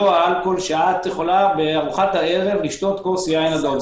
האלכוהול שאת יכולה בארוחת הערב לשתות כוס יין אדום.